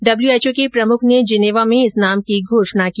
WHO के प्रमुख ने जिनेवा में इस नाम की घोषणा की